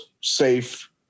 safe